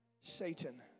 Satan